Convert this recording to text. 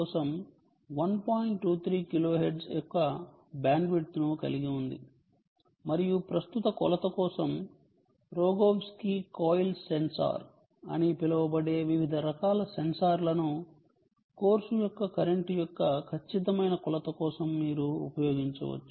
23 kilohertz యొక్క bandwidth ను కలిగి ఉంది మరియు ప్రస్తుత కొలత కోసం రోగోవ్స్కీ కాయిల్ సెన్సార్ అని పిలువబడే వివిధ రకాల సెన్సార్లను కోర్సు యొక్క కరెంట్ యొక్క ఖచ్చితమైన కొలత కోసం మీరు ఉపయోగించవచ్చు